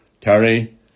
Terry